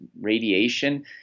radiation